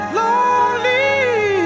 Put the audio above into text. lonely